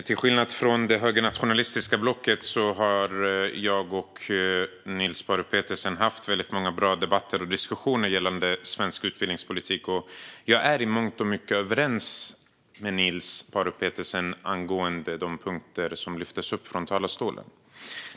Till skillnad från hur det brukar vara med det högernationalistiska blocket har Niels Paarup-Petersen och jag haft väldigt många bra debatter och diskussioner gällande svensk utbildningspolitik, och jag är i mångt och mycket överens med Niels Paarup-Petersen angående de punkter som lyftes upp från talarstolen.